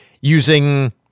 using